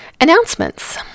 announcements